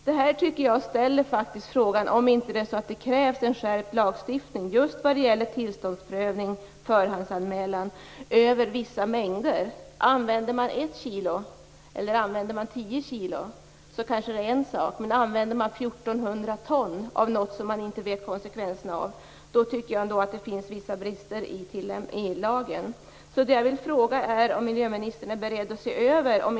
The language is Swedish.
Detta får en att ställa frågan om det inte krävs en skärpt lagstiftning för tillståndsprövning och förhandsanmälan när det handlar om vissa mängder. Använder man 1 eller 10 kg är det kanske en sak, men använder man 1 480 ton av något man inte känner till konsekvenserna av tycker jag att det finns vissa brister i lagen. Jag vill fråga om miljöministern är beredd att se över detta.